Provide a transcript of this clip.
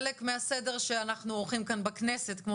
חלק מהסדר שאנחנו עורכים כאן בכנסת כמו